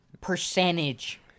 percentage